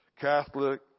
Catholic